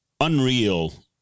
unreal